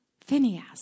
Phineas